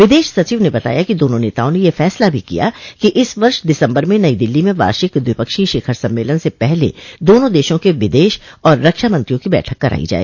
विदेश सचिव ने बताया कि दोनों नेताओं ने यह फैसला भी किया कि इस वर्ष दिसम्बर में नई दिल्ली में वार्षिक द्विपक्षीय शिखर सम्मेलन से पहले दोनों देशों के विदेश और रक्षा मंत्रियों की बैठक कराई जाए